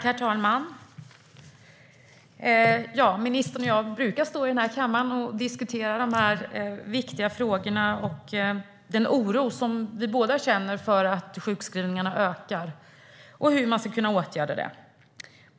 Herr talman! Ministern och jag brukar stå i kammaren och diskutera dessa viktiga frågor och den oro som vi båda känner för att sjukskrivningarna ökar samt hur man ska kunna åtgärda dem.